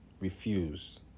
refuse